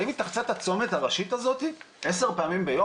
האם היא תחצה את הצומת הראשית הזאת 10 פעמים ביום?